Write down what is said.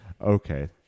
Okay